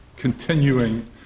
continuing